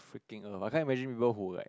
freaking I can't imagine people who like